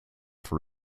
for